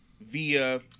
via